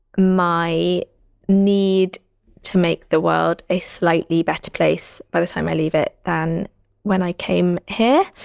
my need to make the world a slightly better place by the time i leave it than when i came here.